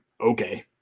Okay